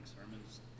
Sermon's